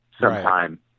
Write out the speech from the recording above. sometime